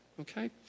okay